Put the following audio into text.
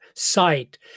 sight